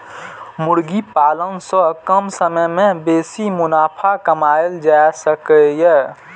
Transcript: मुर्गी पालन सं कम समय मे बेसी मुनाफा कमाएल जा सकैए